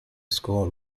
score